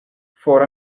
for